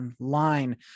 online